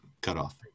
cutoff